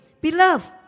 Beloved